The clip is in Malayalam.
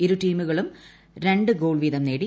ഇരു ടീമുകളും രണ്ട് ഗോൾ വീത്ം നേടി